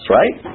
right